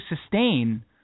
sustain